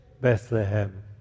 Bethlehem